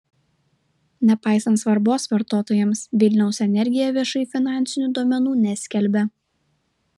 nepaisant svarbos vartotojams vilniaus energija viešai finansinių duomenų neskelbia